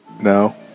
No